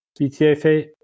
BTFA